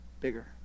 bigger